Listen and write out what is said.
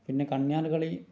പിന്നെ കണ്യാർകളി